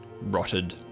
rotted